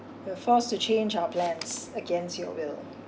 you are forced to change our plans against your will